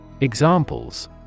Examples